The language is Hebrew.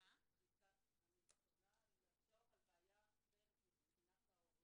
למחשב אני רואה פה בעיה אחרת שתטריד את ההורים.